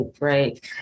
right